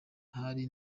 ahari